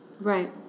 Right